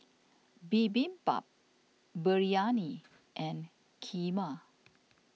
Bibimbap Biryani and Kheema